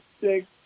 six